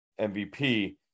MVP